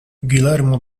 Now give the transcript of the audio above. guillermo